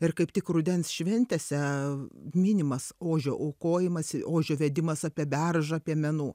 ir kaip tik rudens šventėse minimas ožio aukojimas ožio vedimas apie beržą piemenų